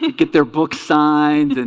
get their book signed and